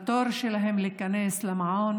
לתור שלהם להיכנס למעון